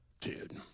Dude